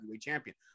Champion